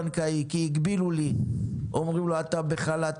אצלנו ליותר מ-20% אין כרטיסי אשראי בכלל.